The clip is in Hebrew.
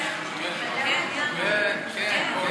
כן, כן.